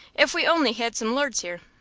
if we only had some lords here.